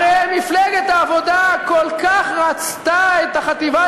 הרי מפלגת העבודה כל כך רצתה את החטיבה